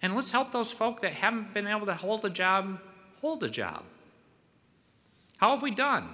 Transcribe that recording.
and let's help those folks that haven't been able to hold a job hold a job how have we done